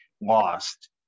lost